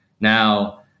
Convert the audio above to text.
Now